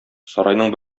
сарайның